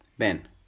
Ben